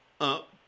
up